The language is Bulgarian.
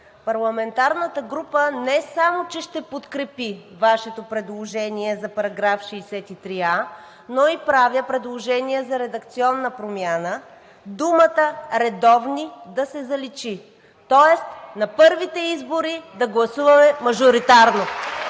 Парламентарната група не само че ще подкрепи Вашето предложение за § 63а, но и правя предложение за редакционна промяна думата „редовни“ да се заличи, тоест на първите избори да гласуваме мажоритарно.